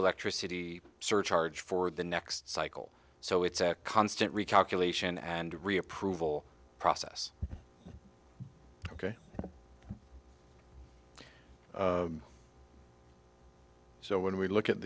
electricity surcharge for the next cycle so it's a constant recalculation and re approval process ok so when we look at